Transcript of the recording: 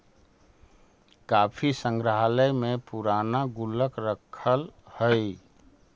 काफी संग्रहालय में पूराना गुल्लक रखल हइ